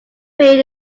paid